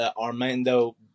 Armando